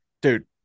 Dude